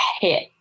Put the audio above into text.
hit